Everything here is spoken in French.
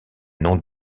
nom